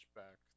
back